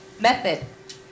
method